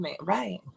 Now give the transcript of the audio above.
Right